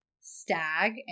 stag